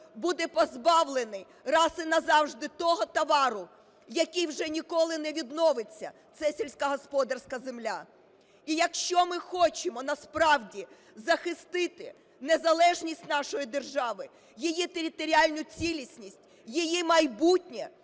буде позбавлений раз і назавжди того товару, який вже ніколи не відновиться – це сільськогосподарська земля. І якщо ми хочемо насправді захистити незалежність нашої держави, її територіальну цілісність, її майбутнє,